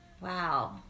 Wow